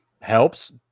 helps